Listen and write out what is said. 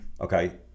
Okay